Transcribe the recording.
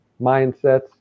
mindsets